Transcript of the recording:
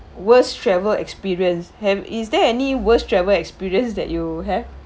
worst travel experience have is there any worst travel experience that you have